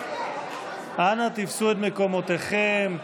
אנא תפסו את מקומותיכם.